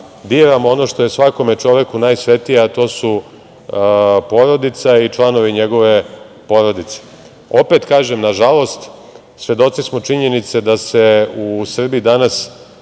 diramo ono što je svakom čoveku najsvetije, a to su porodica i članovi njegove porodice. Opet kažem, nažalost, svedoci smo činjenice d se u Srbiji danas